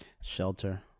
shelter